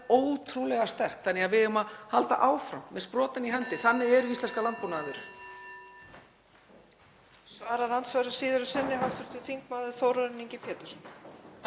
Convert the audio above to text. ótrúlega sterk þannig að við eigum að halda áfram með sprotann í hendi. Þannig eru íslenskar landbúnaðarvörur.